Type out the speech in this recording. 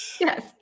Yes